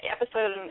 episode